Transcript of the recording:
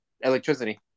electricity